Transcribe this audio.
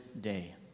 day